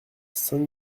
saint